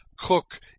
cook